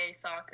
soccer